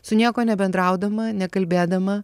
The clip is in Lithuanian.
su niekuo nebendraudama nekalbėdama